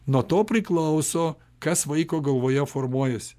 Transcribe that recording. nuo to priklauso kas vaiko galvoje formuojasi